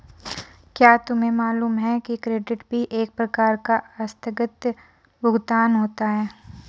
क्या तुम्हें मालूम है कि क्रेडिट भी एक प्रकार का आस्थगित भुगतान होता है?